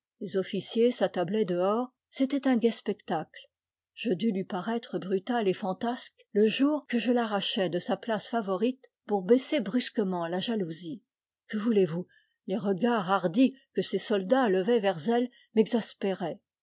les officiers s'attablaient dehors c'était un gai spectacle je dus lui paraître brutal et fantasque le jour que je l'arrachai de sa place favorite pout baisser brusquement la jalousie que voulez-vous les regards hardis que ces soldats levaient vers elle m'exaspéraient